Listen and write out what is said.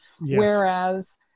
Whereas